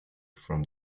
from